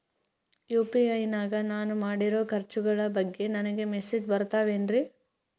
UPI ನಾಗ ನಾನು ಮಾಡಿರೋ ಖರ್ಚುಗಳ ಬಗ್ಗೆ ನನಗೆ ಮೆಸೇಜ್ ಬರುತ್ತಾವೇನ್ರಿ?